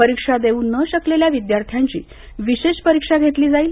परीक्षा देऊ न शकलेल्या विद्यार्थ्यांची विशेष परीक्षा घेतली जाईल